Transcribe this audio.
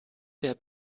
der